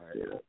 right